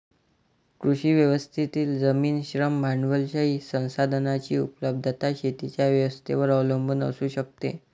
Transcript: कृषी व्यवस्थेतील जमीन, श्रम, भांडवलशाही संसाधनांची उपलब्धता शेतीच्या व्यवस्थेवर अवलंबून असू शकते